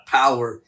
power